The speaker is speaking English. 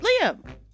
Liam